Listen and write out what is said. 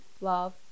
love